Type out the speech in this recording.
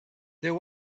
there